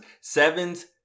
Sevens